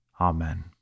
Amen